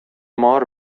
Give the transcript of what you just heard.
مار